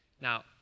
Now